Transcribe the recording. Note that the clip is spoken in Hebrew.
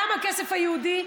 גם הכסף הייעודי,